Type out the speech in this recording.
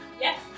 Yes